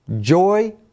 joy